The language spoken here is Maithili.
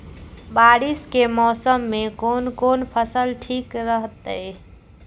बारिश के मौसम में कोन कोन फसल ठीक रहते?